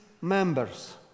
members